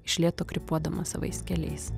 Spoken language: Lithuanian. iš lėto krypuodama savais keliais